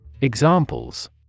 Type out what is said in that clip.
Examples